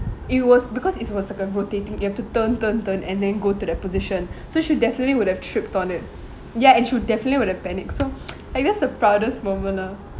it was because it was like a rotating you have to turn turn turn and then go to that position so she definitely would have tripped on it ya and she definitely would have panicked so like that's the proudest moment lah